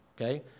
okay